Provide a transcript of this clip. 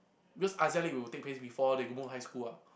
because league will take place before they go high school [what]